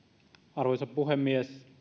arvoisa puhemies